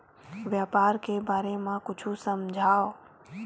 व्यापार के बारे म कुछु समझाव?